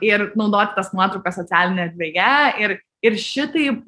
ir naudoti tas nuotraukas socialinėj erdvėje ir ir šitaip